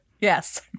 Yes